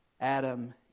Adam